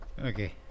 Okay